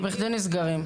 לא בכדי נסגרים,